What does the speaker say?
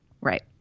Right